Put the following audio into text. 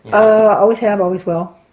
um always have always will.